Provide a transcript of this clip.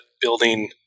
building